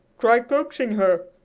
try coaxing her,